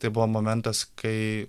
tai buvo momentas kai